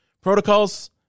protocols